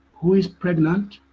who is pregnant,